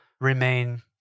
remain